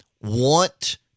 want